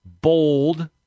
bold